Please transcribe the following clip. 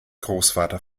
großvater